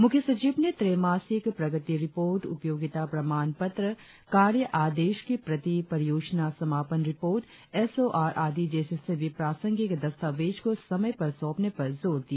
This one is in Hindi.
मुख्य सचिव ने त्रैमासिक प्रगति रिपोर्ट उपयोगिता प्रमाण पत्र कार्य आदेश की प्रति परियोजना समापन रिपोर्ट एस ओ आर आदि जैसे सभी प्रासंगिक दस्तावेज को समय पर सौंपने पर जोर दिया